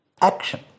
action